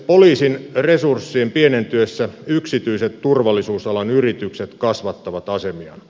poliisin resurssien pienentyessä yksityiset turvallisuusalan yritykset kasvattavat asemiaan